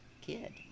kid